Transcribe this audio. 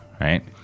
right